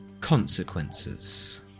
Consequences